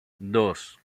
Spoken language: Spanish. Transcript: dos